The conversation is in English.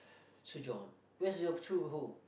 sojourn where's your true home